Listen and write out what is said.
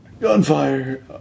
gunfire